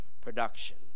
production